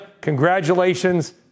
Congratulations